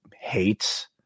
hates